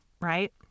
right